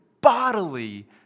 bodily